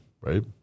right